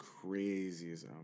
craziest